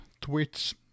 Twitch